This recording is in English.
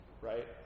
right